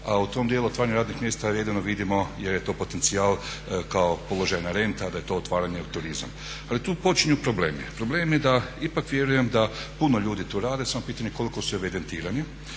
a u tom dijelu otvaranja radnih mjesta jedino vidimo jer je to potencijal kao položajna renta da je to otvaranje u turizam. Ali tu počinju problemi, problemi da ipak vjerujem da puno ljudi tu rade samo je pitanje koliko su evidentirani